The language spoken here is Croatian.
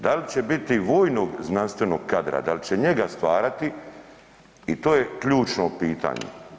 Da li će biti vojnog znanstvenog kadra, da li će njega stvarati i to je ključno pitanje?